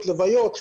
לוויות,